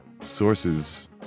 sources